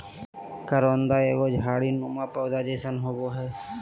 करोंदा एगो झाड़ी नुमा पौधा जैसन होबो हइ